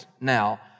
now